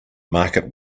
market